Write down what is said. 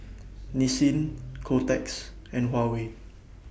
Nissin Kotex and Huawei